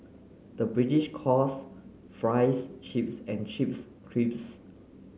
the British calls fries chips and chips crisps